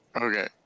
Okay